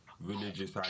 religious